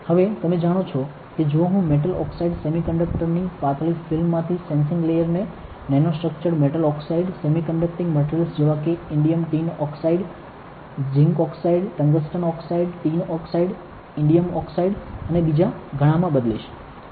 હવે તમે જાણો છો કે જો હું મેટલ ઓક્સાઇડ સેમીકંડક્ટર ની પાતળી ફિલ્મ માથી સેંસિંગ લેયરને nano structured metal oxide semiconducting materials જેવા કે indium tin oxide zinc oxide tungsten oxide tin oxide indium oxide અને બીજા ઘણામા બદલીશ